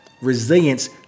Resilience